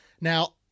Now